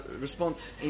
response